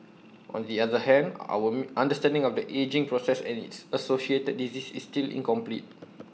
on the other hand our understanding of the ageing process and its associated diseases is still incomplete